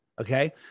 Okay